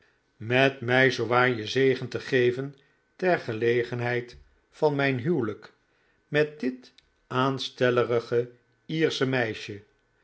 met mij zoowaar je zegen te geven ter gelegenheid van mijn huwelijk met dit aanstellerige lersche meisje